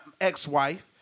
ex-wife